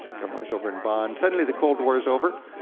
government was over in bond. suddenly the cold war is over.